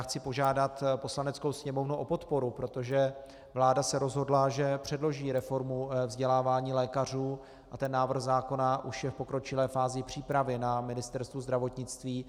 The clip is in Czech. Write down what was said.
Chci požádat Poslaneckou sněmovnu o podporu, protože vláda se rozhodla, že předloží reformu vzdělávání lékařů, a návrh zákona už je v pokročilé fázi přípravy na Ministerstvu zdravotnictví.